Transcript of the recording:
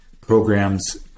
programs